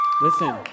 Listen